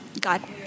got